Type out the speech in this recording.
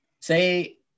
Say